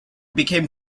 became